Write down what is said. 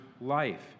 life